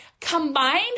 combined